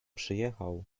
przyjechał